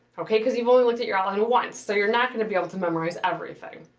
okay. because you've only looked at your outline once. so, you're not gonna be able to memorize everything.